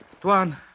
tuan